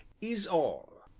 is all.